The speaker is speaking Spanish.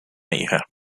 hija